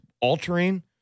Altering